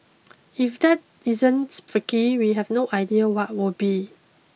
if that isn't freaky we have no idea what would be